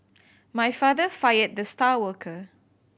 my father fired the star worker